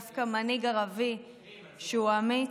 דווקא מנהיג ערבי שהוא אמיץ,